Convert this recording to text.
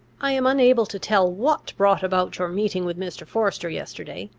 i am unable to tell what brought about your meeting with mr. forester yesterday.